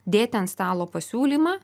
dėti ant stalo pasiūlymą